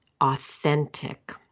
authentic